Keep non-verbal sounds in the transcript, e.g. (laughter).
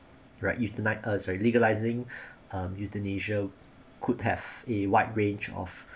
right euthani~ uh sorry legalising (breath) um euthanasia could have a wide range of